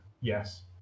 Yes